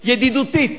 ידידותית.